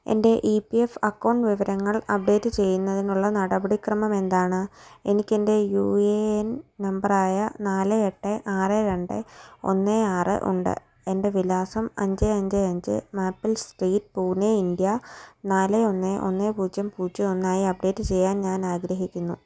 എൻ്റെ E P F account വിവരങ്ങൾ update ചെയ്യുന്നതിനുള്ള നടപടിക്രമം എന്താണ് എനിക്ക് എൻ്റെ യു എ എൻ നമ്പറായ നാല് എട്ട് ആറ് രണ്ട് ഒന്ന് ആറ് ഉണ്ട് എൻ്റെ വിലാസം അഞ്ച് അഞ്ച് അഞ്ച് മാപ്പിൾ സ്ട്രീറ്റ് പൂനെ ഇൻഡ്യ നാല് ഒന്ന് ഒന്ന് പൂജ്യം പൂജ്യം ഒന്നു ആയി അപ്ഡേറ്റ് ചെയ്യാൻ ഞാനാഗ്രഹിക്കുന്നു